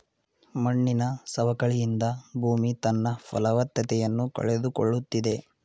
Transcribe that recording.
ಮಣ್ಣಿನ ಸವಕಳಿಯಿಂದ ಭೂಮಿ ತನ್ನ ಫಲವತ್ತತೆಯನ್ನು ಕಳೆದುಕೊಳ್ಳುತ್ತಿದೆ